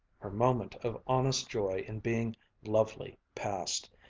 her moment of honest joy in being lovely passed.